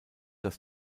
das